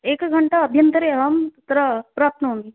एकघण्टा अभ्यन्तरे अहं तत्र प्राप्नोमि